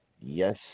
Yes